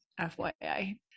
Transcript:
FYI